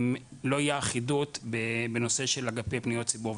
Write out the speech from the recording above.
אם לא תהיה אחידות בנושא של אגפי פניות ציבור.